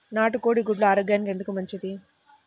నాటు కోడి గుడ్లు ఆరోగ్యానికి ఎందుకు మంచిది?